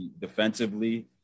Defensively